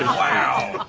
wow.